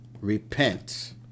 repent